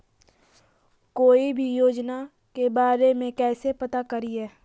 कोई भी योजना के बारे में कैसे पता करिए?